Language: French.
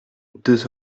deux